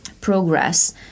progress